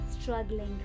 struggling